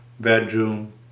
bedroom